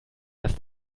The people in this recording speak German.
dass